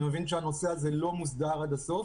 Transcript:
אני מבין שהנושא הזה לא מוסדר עד הסוף,